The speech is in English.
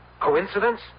Coincidence